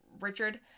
richard